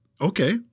okay